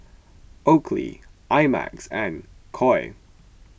Oakley I Max and Koi